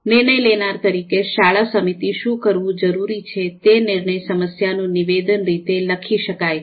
નિર્ણય લેનારા તરીકે શાળા સમિતિ શું કરવું જરૂરી છે તે નિર્ણય સમસ્યાનું નિવેદન રીતે લખી શકાય છે